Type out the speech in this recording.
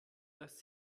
dass